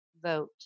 Vote